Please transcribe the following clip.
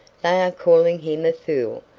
calling him a fool,